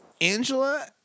Angela